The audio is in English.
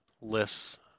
lists